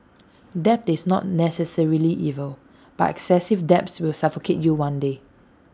debt is not necessarily evil but excessive debts will suffocate you one day